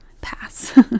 pass